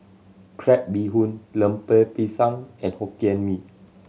crab bee hoon Lemper Pisang and Hokkien Mee